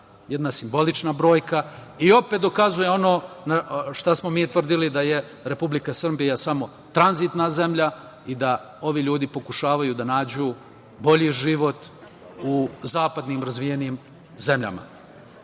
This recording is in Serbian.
jedna simbolična brojka i opet dokazuje ono na šta smo mi tvrdili da je Republika Srbija samo tranzitna zemlja i da ovi ljudi pokušavaju da nađu bolji život u zapadnim razvijenim zemljama. Vi